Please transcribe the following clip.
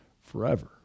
forever